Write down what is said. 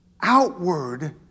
outward